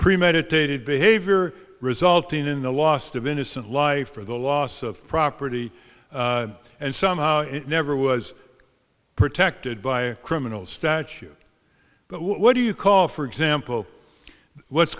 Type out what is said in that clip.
premeditated behavior resulting in the lost of innocent life or the loss of property and somehow it never was protected by a criminal statute but what do you call for example what's